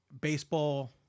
baseball